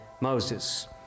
Moses